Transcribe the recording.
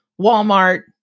Walmart